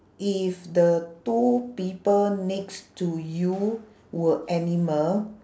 if the two people next to you were animal